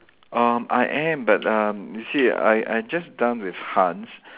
um I am but um you see I I just done with Hans